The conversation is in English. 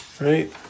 Right